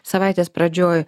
savaitės pradžioj